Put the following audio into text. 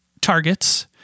targets